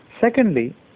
secondly